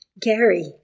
Gary